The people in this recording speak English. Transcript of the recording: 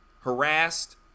harassed